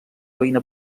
veïna